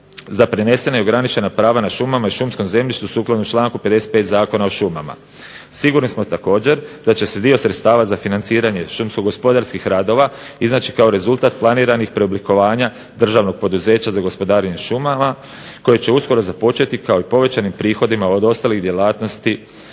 za prenesena i ograničena prava na šumama i šumskom zemljištu sukladno članku 55. Zakona o šumama. Sigurni smo također da će se dio sredstava za financiranje šumsko-gospodarskih radova iznaći kao rezultat planiranih preoblikovanja državnog poduzeća za gospodarenje šumama koji će uskoro započeti kao i povećanim prihodima od ostalih djelatnosti